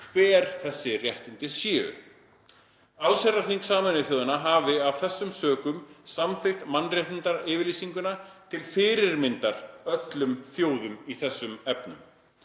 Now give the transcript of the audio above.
hver þessi réttindi séu. Allsherjarþing Sameinuðu þjóðanna hafi af þessum sökum samþykkt mannréttindayfirlýsinguna til fyrirmyndar öllum þjóðum í þessum efnum.